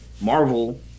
Marvel